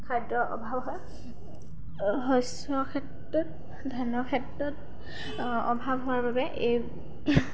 খাদ্য অভাৱ হয় শস্যৰ ক্ষেত্ৰত ধানৰ ক্ষেত্ৰত অভাৱ হোৱাৰ বাবে এই